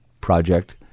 project